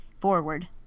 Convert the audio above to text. forward